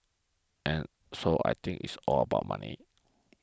and so I think it's all about money